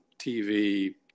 TV